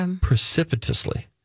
precipitously